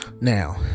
Now